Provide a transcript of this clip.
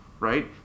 right